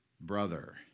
brother